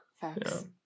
facts